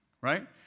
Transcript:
right